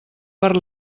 per